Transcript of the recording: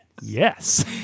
Yes